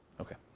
Okay